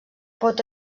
pot